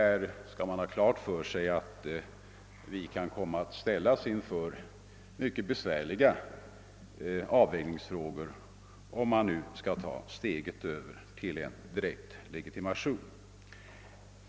Vi skall ha klart för oss att vi sålunda kan komma att ställas inför mycket besvärliga avvägningsfrågor, om vi skulle ta steget över till en direkt legitimation.